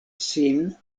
sin